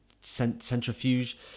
Centrifuge